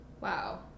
Wow